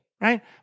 right